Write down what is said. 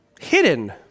hidden